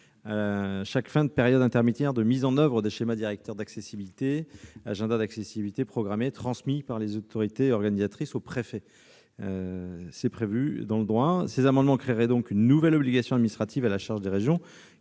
chaque fin de période intermédiaire de mise en oeuvre des schémas directeurs d'accessibilité-agenda d'accessibilité programmée transmis par les autorités organisatrices aux préfets. L'adoption de ces amendements conduirait à créer une nouvelle obligation administrative à la charge des régions,